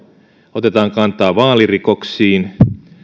otetaan kantaa vaalirikoksiin